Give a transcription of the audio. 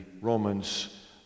Romans